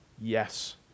Yes